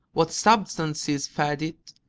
what substances fed it,